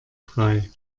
frei